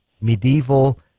medieval